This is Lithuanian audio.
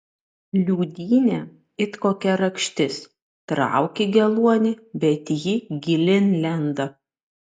liūdynė it kokia rakštis trauki geluonį bet ji gilyn lenda